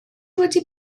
wedi